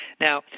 Now